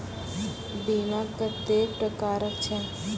बीमा कत्तेक प्रकारक छै?